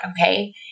okay